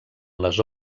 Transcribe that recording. les